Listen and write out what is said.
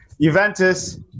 Juventus